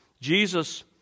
Jesus